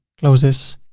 close this.